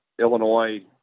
Illinois